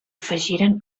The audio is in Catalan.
afegiren